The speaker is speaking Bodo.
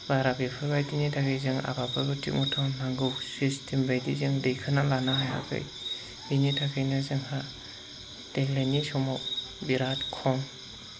बारा बेफोरबायदिनि थाखाय जों आबादफोरखौ थिग मथन नांगौ सेसटेमबायदि जों दैखोना लानो हायाखै बिनि थाखायनो जोंहा देग्लायनि समाव बिराद खम